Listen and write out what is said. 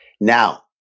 Now